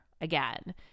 again